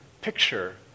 picture